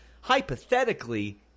Hypothetically